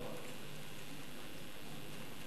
איני